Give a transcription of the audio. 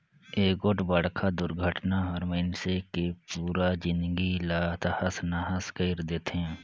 एगोठ बड़खा दुरघटना हर मइनसे के पुरा जिनगी ला तहस नहस कइर देथे